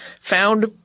found